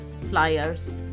flyers